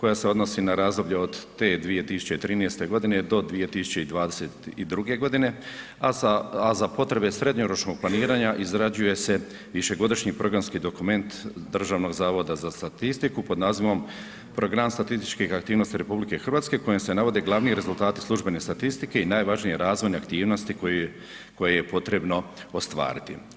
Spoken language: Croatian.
koja se odnosi na razdoblje od te 2013. do 2022. g. a za potrebe srednjoročnog planiranja, izrađuje se višegodišnji programski dokument Državnog zavoda za statistiku pod nazivom Program statističkih aktivnosti RH kojima se navode glavni rezultati službene statistike i najvažnije razvojne aktivnosti koje je potrebno ostvariti.